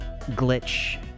glitch